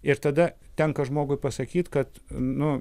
ir tada tenka žmogui pasakyt kad nu